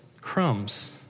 crumbs